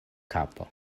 kapo